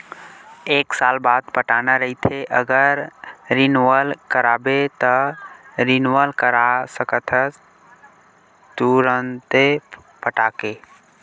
एक साल बाद पटाना रहिथे अगर रिनवल कराबे त रिनवल करा सकथस तुंरते पटाके